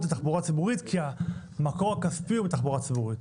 לתחבורה ציבורית כי המקור הכספי הוא מתחבורה ציבורית.